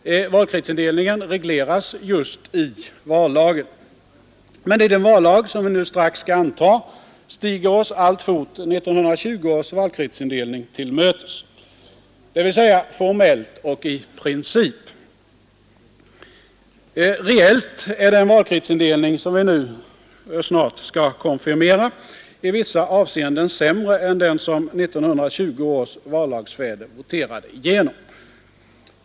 Valkretsindelningen regleras just i vallagen. Men i den vallag som vi nu strax skall anta stiger oss alltfort 1920 års valkretsindelning till mötes, dvs. formellt och i princip. Reellt är den valkretsindelning som vi nu snart skall konfirmera i vissa avseenden sämre än den som 1920 års vallagsfäder voterade igenom.